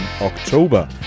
October